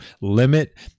limit